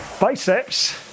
biceps